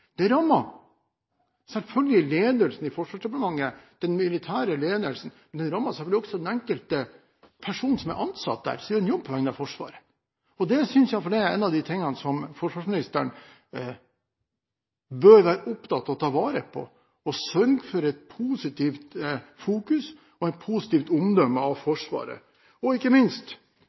Det rammer selvfølgelig ledelsen i Forsvarsdepartementet – den militære ledelsen – men det rammer også den enkelte personen som er ansatt der, som har en jobb innen Forsvaret. Jeg synes noe av det forsvarsministeren bør være opptatt av å ta vare på, er å sørge for et positivt fokus og et positivt omdømme av Forsvaret. Ikke minst